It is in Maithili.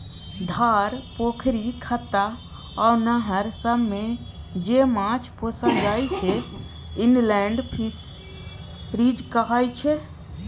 धार, पोखरि, खत्ता आ नहर सबमे जे माछ पोसल जाइ छै इनलेंड फीसरीज कहाय छै